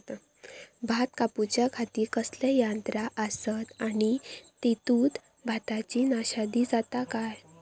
भात कापूच्या खाती कसले यांत्रा आसत आणि तेतुत भाताची नाशादी जाता काय?